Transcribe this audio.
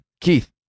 Keith